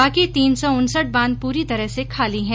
बाकी तीन सौ उनसठ बांध पूरी तरह से खाली हैं